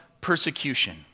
persecution